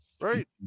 right